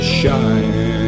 shine